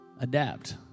adapt